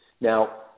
Now